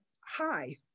Hi